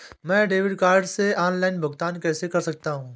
मैं debit card से online भुगतान कैसे कर सकता हूँ?